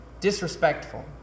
disrespectful